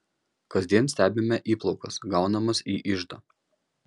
kasdien stebime įplaukas gaunamas į iždą